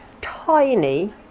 tiny